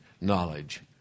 knowledge